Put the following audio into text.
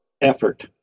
effort